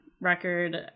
record